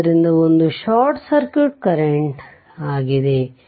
ಆದ್ದರಿಂದ ಅದು short circuit current ಆಗಿದೆ